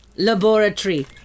Laboratory